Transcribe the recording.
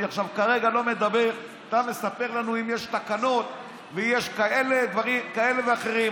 אתה מספר לנו שאם יש תקנות ויש דברים כאלה ואחרים,